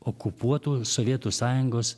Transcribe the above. okupuotų sovietų sąjungos